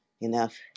enough